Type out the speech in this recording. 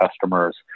customers